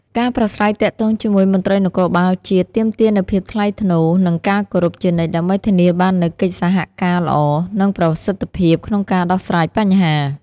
ការប្រាស្រ័យទាក់ទងជាមួយមន្ត្រីនគរបាលជាតិ ទាមទារនូវភាពថ្លៃថ្នូរ និងការគោរពជានិច្ចដើម្បីធានាបាននូវកិច្ចសហការល្អ និងប្រសិទ្ធភាពក្នុងការដោះស្រាយបញ្ហា។